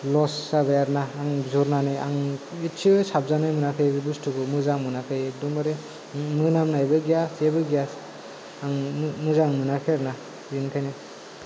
लस जाबाय आरो ना आं बिहरनानै आं एसेबो साबजानाय मोनाखै बे बुसथुखौ मोजां मोनाखै एखदम बारे मोनामनायबो गैया जेबो गैया आं मोजां मोनाखै आरो ना बिनिखायनो